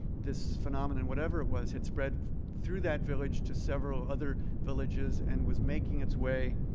this phenomenon, whatever it was, had spread through that village to several other villages and was making its way